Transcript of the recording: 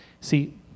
See